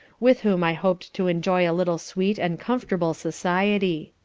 with whom i hoped to enjoy a little sweet and comfortable society.